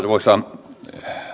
arvoisa puhemies